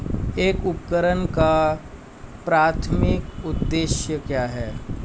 एक उपकरण का प्राथमिक उद्देश्य क्या है?